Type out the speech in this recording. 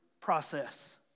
process